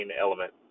element